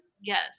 Yes